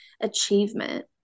achievement